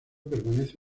permanece